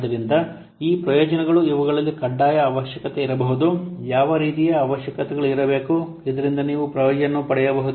ಆದ್ದರಿಂದ ಈ ಪ್ರಯೋಜನಗಳು ಇವುಗಳಲ್ಲಿ ಕಡ್ಡಾಯ ಅವಶ್ಯಕತೆ ಇರಬಹುದು ಯಾವ ರೀತಿಯ ಅವಶ್ಯಕತೆಗಳು ಇರಬೇಕು ಇದರಿಂದ ನೀವು ಪ್ರಯೋಜನವನ್ನು ಪಡೆಯಬಹುದು